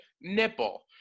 nipple